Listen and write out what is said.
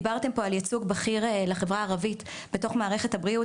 דיברתם פה על ייצוג בכיר של החברה הערבית בתוך מערכת הבריאות,